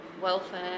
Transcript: Welfare